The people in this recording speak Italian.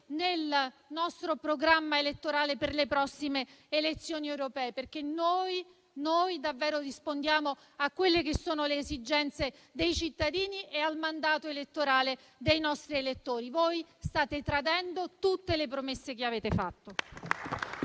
nel nostro programma elettorale per le prossime elezioni europee, perché noi rispondiamo davvero alle esigenze dei cittadini e al mandato elettorale dei nostri elettori. Voi state invece tradendo tutte le promesse che avete fatto.